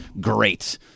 great